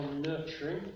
nurturing